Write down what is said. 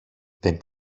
δεν